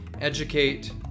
educate